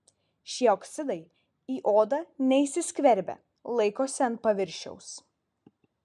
šie oksidai į odą neįsiskverbia laikosi ant paviršiaus